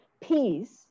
peace